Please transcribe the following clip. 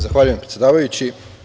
Zahvaljujem, predsedavajući.